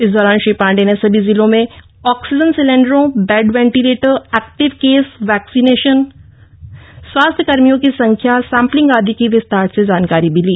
इस दौरान श्री पांडेय ने सभी जिलों में आक्सीजन सिलेंडरों bed ventilator active case vaccination स्वास्थ्य कर्मियों की संख्या सैंपलिंग आदि की विस्तार से जानकारी भी ली